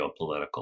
geopolitical